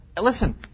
Listen